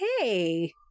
hey